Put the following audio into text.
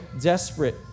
desperate